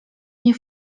nie